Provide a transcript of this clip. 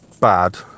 bad